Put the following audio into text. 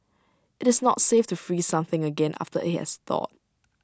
IT is not safe to freeze something again after IT has thawed